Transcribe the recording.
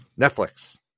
Netflix